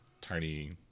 tiny